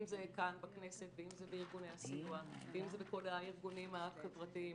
אם זה כאן בכנסת ואם זה בארגוני הסיוע ואם זה בכל הארגונים החברתיים.